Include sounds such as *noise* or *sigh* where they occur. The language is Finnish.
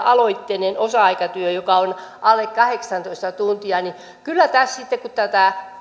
*unintelligible* aloitteinen osa aikatyö joka on alle kahdeksantoista tuntia niin kyllä tässä sitten kun tätä